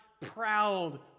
proud